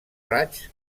raigs